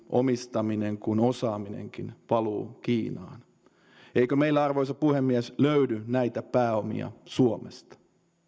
omistaminen kuin osaaminenkin valuvat kiinaan eikö meillä arvoisa puhemies löydy näitä pääomia suomesta